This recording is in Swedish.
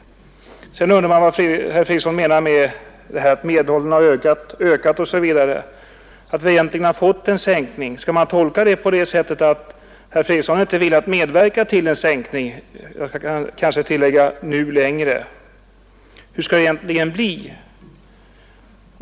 Vidare undrar jag vad herr Fredriksson menar med sitt tal om att medelåldern har ökat, så att man egentligen redan har fått till stånd en sänkning av pensionsåldern. Skall detta tolkas så att herr Fredriksson inte — jag skall kanske tillägga: nu längre — vill medverka till en sänkning? Hur skall det egentligen bli?